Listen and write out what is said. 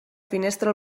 finestra